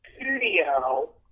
studio